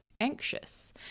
anxious